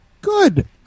Good